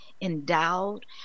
endowed